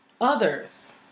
others